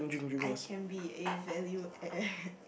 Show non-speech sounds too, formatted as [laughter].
I can be a value add [laughs]